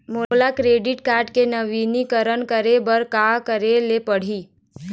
मोला क्रेडिट के नवीनीकरण करे बर का करे ले पड़ही?